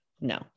no